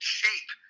shape